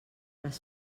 les